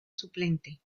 suplente